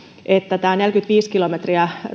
että neljäkymmentäviisi kilometriä